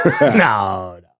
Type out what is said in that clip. no